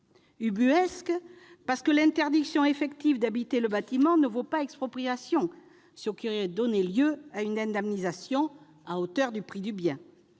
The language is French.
ubuesque perdure, car l'interdiction effective d'habiter le bâtiment ne vaut pas expropriation, ce qui aurait donné lieu à une indemnisation à hauteur du prix de